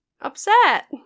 upset